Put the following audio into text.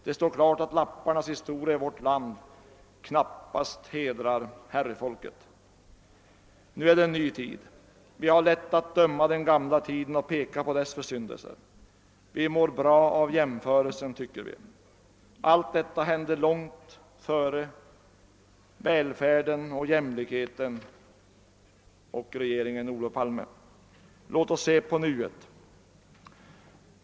Det står klart att lapparnas historia i vårt land knappast hedrar herrefolket. Nu är det en ny tid. Vi har lätt att döma den gamla tiden och peka på dess försyndelser. Vi mår bra av jämförelsen, tycker vi. Allt detta hände långt före välfärden och jämlikheten och regeringen Olof Palme. Låt oss se på nuet.